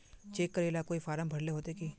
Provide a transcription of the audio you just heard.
Cheque करेला कोई form भरेले होते की?